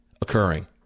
occurring